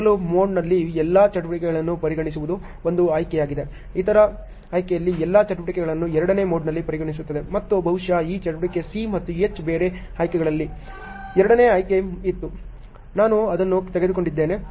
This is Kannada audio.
ಮೊದಲ ಮೋಡ್ನಲ್ಲಿ ಎಲ್ಲಾ ಚಟುವಟಿಕೆಗಳನ್ನು ಪರಿಗಣಿಸುವುದು ಒಂದು ಆಯ್ಕೆಯಾಗಿದೆ ಇತರ ಆಯ್ಕೆಯು ಎಲ್ಲಾ ಚಟುವಟಿಕೆಗಳನ್ನು ಎರಡನೇ ಮೋಡ್ನಲ್ಲಿ ಪರಿಗಣಿಸುತ್ತದೆ ಮತ್ತು ಬಹುಶಃ ಈ ಚಟುವಟಿಕೆ C ಮತ್ತು H ಬೇರೆ ಆಯ್ಕೆಗಳಿಲ್ಲ ಎರಡನೇ ಆಯ್ಕೆ ಇತ್ತು ನಾನು ಅದನ್ನು ತೆಗೆದುಕೊಂಡಿದ್ದೇನೆ